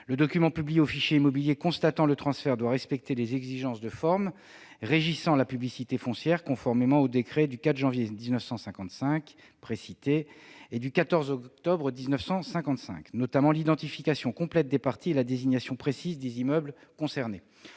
Le document publié au fichier immobilier constatant le transfert doit respecter les exigences de forme régissant la publicité foncière, conformément aux décrets du 4 janvier 1955 précité et du 14 octobre 1955, notamment l'identification complète des parties et la désignation précise des immeubles concernés.